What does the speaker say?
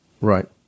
Right